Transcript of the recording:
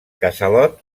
casalot